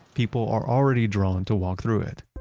people are already drawn to walk through it.